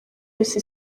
yose